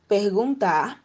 Perguntar